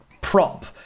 prop